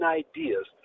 ideas